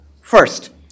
First